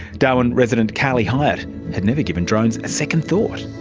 darwin resident karli hyatt had never given drones a second thought.